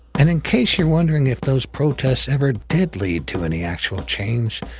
and in case you're wondering if those protests ever did lead to any actual change,